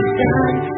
done